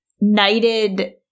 knighted